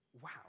Wow